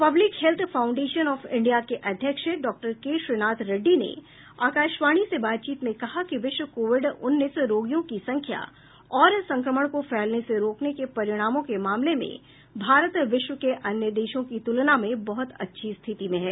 public health foundation of India के अध्यक्ष doctor K Srinath Reddy ने आकाशवाणी से बातचीत में कहा कि विश्व कोविड उन्नीस रोगियों की संख्या और संक्रमण को फैलने से रोकने के परिणामों के मामले में भारत विश्व के अन्य देशों की तुलना में बहुत अच्छी स्थिति में है